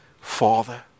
Father